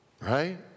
Right